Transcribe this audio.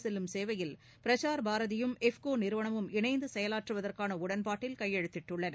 செல்லும் சேவையில் பிரசார் பாரதியும் இஃப்கோ நிறுவனமும் இணைந்து செயலாற்றுவதற்கான உடன்பாட்டில் கையெழுத்திட்டுள்ளன